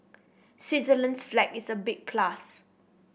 Switzerland's flag is a big plus